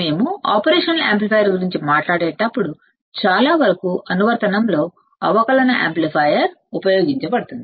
మనం operation amplifier గురించి మాట్లాడేటప్పుడు చాలావరకు అనువర్తనంలో అవకలన యాంప్లిఫైయర్ ఉపయోగించబడుతుంది